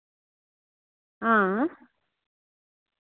हां